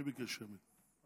חבר